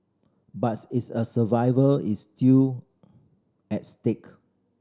but its a survival is still at stake